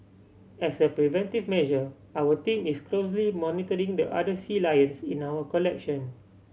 as a preventive measure our team is closely monitoring the other sea lions in our collection